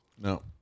No